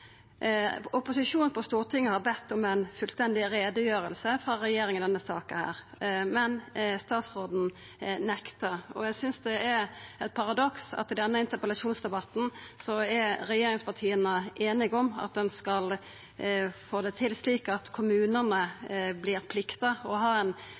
Opposisjonen på Stortinget har bedt om ei fullstendig utgreiing frå regjeringa i denne saka, men statsråden nektar. Eg synest det er eit paradoks at i denne interpellasjonsdebatten er regjeringspartia einige om at ein skal få det til slik at kommunane pliktar å ha ein